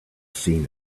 seen